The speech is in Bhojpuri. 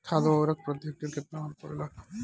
खाद व उर्वरक प्रति हेक्टेयर केतना परेला?